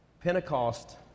Pentecost